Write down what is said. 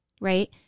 right